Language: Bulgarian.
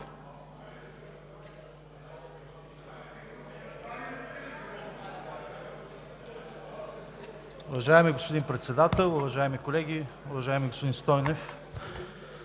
Уважаеми господин Председател, уважаеми колеги. Уважаеми господин Стойнев,